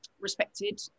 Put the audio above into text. respected